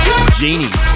Genie